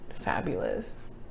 fabulous